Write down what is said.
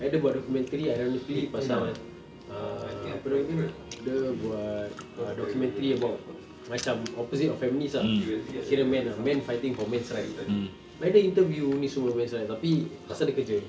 and dia buat documentary ironically pasal err apa nama dia dia buat documentary about macam opposite of feminist ah kira men ah men fighting for men's right dia interview ni semua biasa tapi asal dia kerja